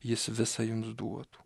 jis visa jums duotų